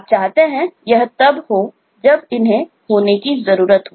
आप चाहते हैं यह तब हो जब इन्हें होने की जरूरत हो